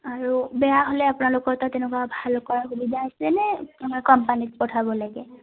আৰু বেয়া হ'লে আপোনালোকৰ তো তেনেকুৱা ভাল কৰাৰ সুবিধা আছেনে কোম্পানীত পঠাব লাগে